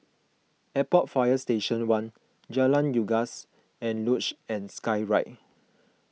Airport Fire Station one Jalan Unggas and Luge and Skyride